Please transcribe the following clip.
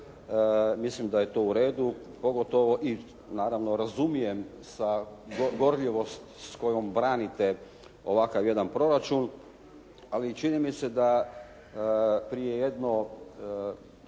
mislim da je to uredu, pogotovo naravno i razumijem sa gorljivost s kojom branite ovakav jedan proračun, ali čini mi se da prije jedno